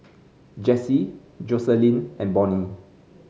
Jessie Joseline and Bonny